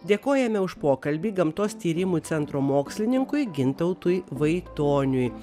dėkojame už pokalbį gamtos tyrimų centro mokslininkui gintautui vaitoniui